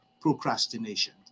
procrastination